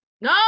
no